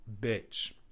bitch